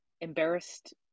embarrassed